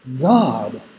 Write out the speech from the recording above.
God